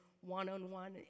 one-on-one